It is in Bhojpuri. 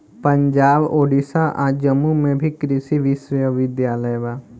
पंजाब, ओडिसा आ जम्मू में भी कृषि विश्वविद्यालय बा